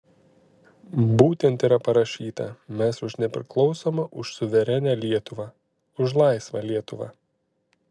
būtent yra parašyta mes už nepriklausomą už suverenią lietuvą už laisvą lietuvą